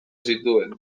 zituen